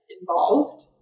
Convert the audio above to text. involved